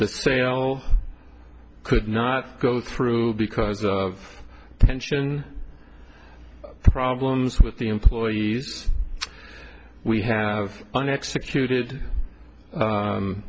the sale could not go through because of pension problems with the employees we have an executed